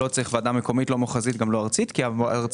לא צריך ועדה מקומית ולא ארצית כי המועצה